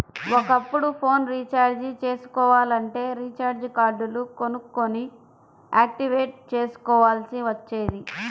ఒకప్పుడు phone recharge చేసుకోవాలంటే recharge కార్డులు కొనుక్కొని యాక్టివేట్ చేసుకోవాల్సి వచ్చేది